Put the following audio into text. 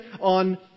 on